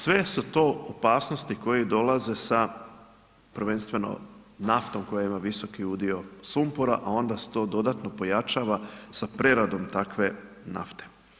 Sve su to opasnosti koje dolaze sa, prvenstveno naftom koja ima visoki udio sumpora, a onda se to dodatno pojačava sa preradom takve nafte.